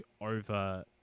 over